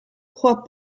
crois